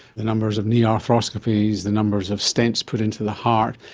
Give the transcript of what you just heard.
the numbers of knee arthroscopies, the numbers of stents put into the heart,